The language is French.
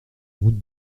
route